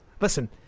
Listen